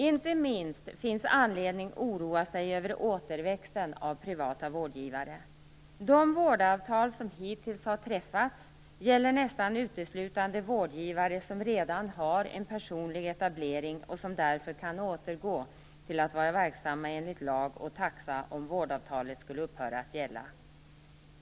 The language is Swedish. Inte minst finns det anledning att oroa sig över återväxten av privata vårdgivare. De vårdavtal som hittills har träffats gäller nästan uteslutande vårdgivare som redan har en personlig etablering och som därför kan återgå till att vara verksamma enligt lag och taxa, om vårdavtalet skulle upphöra att gälla.